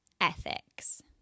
ethics